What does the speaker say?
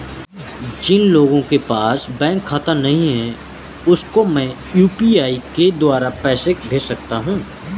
जिन लोगों के पास बैंक खाता नहीं है उसको मैं यू.पी.आई के द्वारा पैसे भेज सकता हूं?